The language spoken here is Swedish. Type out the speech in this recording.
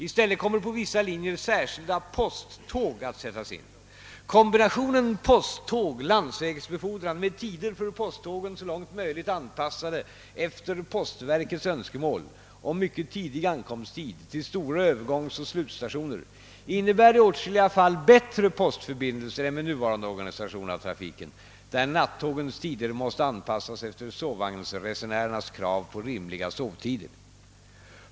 I stället kommer på vissa linjer särskilda posttåg att sättas in. Kombinationen posttåg—landsvägsbefordran med tider för posttågen så långt möjligt anpassade efter postverkets önskemål om mycket tidig ankomsttid till stora övergångsoch slutstationer innebär i åtskilliga fall bättre postförbindelser än med nuvarande organisation av trafiken, där nattågens tider måste anpassas efter sovvagnsresenärernas krav på rimliga sovtider.